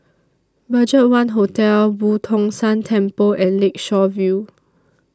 BudgetOne Hotel Boo Tong San Temple and Lakeshore View